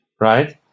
right